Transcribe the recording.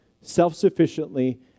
self-sufficiently